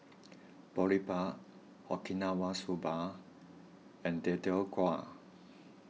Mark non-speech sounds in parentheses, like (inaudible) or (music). (noise) Boribap Okinawa Soba and Deodeok Gui